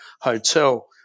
Hotel